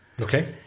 okay